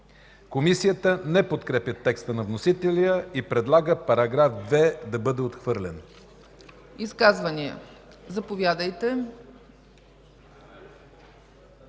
Комисията не подкрепя текста на вносителя и предлага § 2 да бъде отхвърлен.